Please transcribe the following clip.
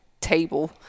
table